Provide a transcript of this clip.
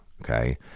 okay